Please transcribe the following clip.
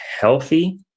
healthy